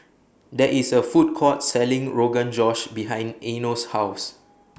There IS A Food Court Selling Rogan Josh behind Eino's House